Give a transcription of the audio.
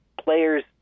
players